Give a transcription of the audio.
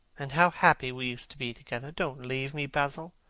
and how happy we used to be together! don't leave me, basil,